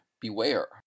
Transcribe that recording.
Beware